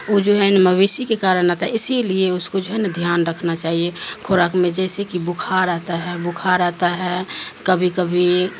وہ جو ہے ن مویثی کے کارن آتا ہے اسی لیے اس کو جو ہے نا دھیان رکھنا چاہیے کوراک میں جیسے کہ بخار آتا ہے بخار آتا ہے کبھی کبھی